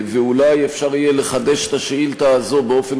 ואולי אפשר יהיה לחדש את השאילתה הזו באופן